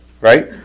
right